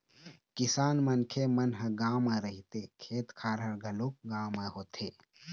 किसान मनखे मन ह गाँव म रहिथे, खेत खार घलोक गाँव म होथे